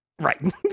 Right